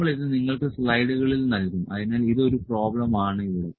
നമ്മൾ ഇത് നിങ്ങൾക്ക് സ്ലൈഡുകളിൽ നൽകും അതിനാൽ ഇത് ഒരു പ്രോബ്ലം ആണ് ഇവിടെ